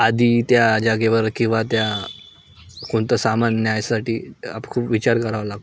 आधी त्या जागेवर किंवा त्या कोणता सामान न्यायसाठी आप खूप विचार करावा लागतो